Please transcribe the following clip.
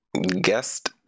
guest